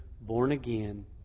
born-again